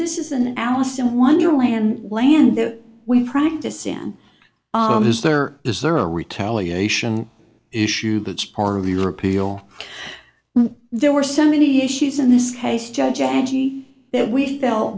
this is an alice in wonderland land that we practice in is there is there a retaliation issue but it's part of your appeal there were so many issues in this case judge jackie that we felt